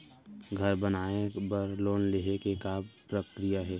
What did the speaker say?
घर बनाये बर लोन लेहे के का प्रक्रिया हे?